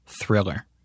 Thriller